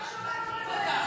היועצת המשפטית